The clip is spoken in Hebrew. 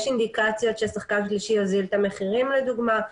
יש אינדיקציות ששחקן שלישי יוזיל את המחירים לדוגמה,